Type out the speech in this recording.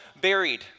buried